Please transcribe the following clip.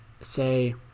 say